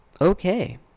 okay